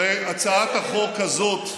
הרי הצעת החוק הזאת,